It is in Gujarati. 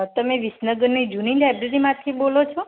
તમે વિસનગરની જૂની લાયબ્રેરીમાંથી બોલો છો